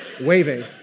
waving